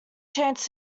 chance